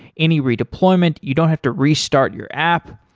any redeployment, you don't have to restart your app.